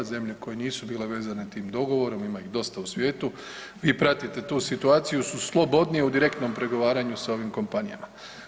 Zemlje koje nisu bile vezane tim dogovorom ima ih dosta u svijetu, vi pratite tu situaciju su slobodnije u direktnom pregovaranju sa ovim kompanijama.